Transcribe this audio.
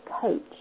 coach